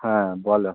হ্যাঁ বলো